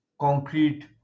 concrete